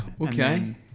Okay